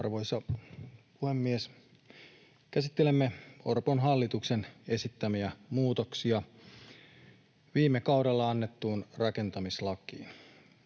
Arvoisa puhemies! Käsittelemme Orpon hallituksen esittämiä muutoksia viime kaudella annettuun rakentamislakiin.